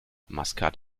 maskat